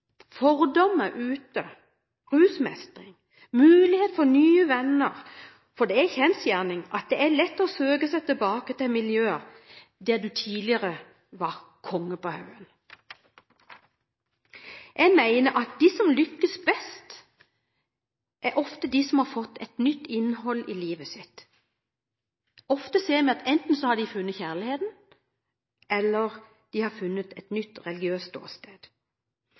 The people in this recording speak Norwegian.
ute, rusmestring og muligheter til nye venner. For det er en kjensgjerning at det er lett å søke seg tilbake til miljøer der du tidligere var konge på haugen. Jeg mener at de som lykkes best, ofte er de som har fått et nytt innhold i livet sitt. Ofte ser man at de har funnet kjærligheten, eller at de har funnet et nytt religiøst ståsted.